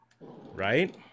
right